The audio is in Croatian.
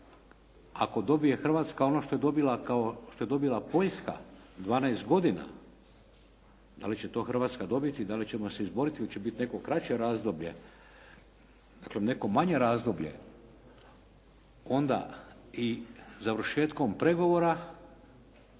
je dobila kao, što je dobila Poljska 12 godina da li će to Hrvatska dobiti, da li ćemo se izboriti, hoće biti neko kraće razdoblje? Dakle neko manje razdoblje. Onda i završetkom pregovora